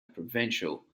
provincial